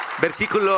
Versículo